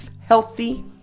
healthy